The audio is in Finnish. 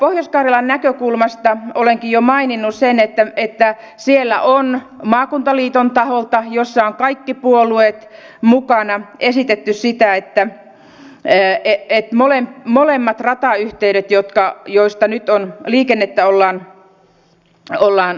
pohjois karjalan näkökulmasta olenkin jo maininnut sen että siellä on maakuntaliiton taholta jossa on kaikki puolueet mukana esitetty sitä että molemmilla ratayhteyksillä joilta nyt liikennettä ollaan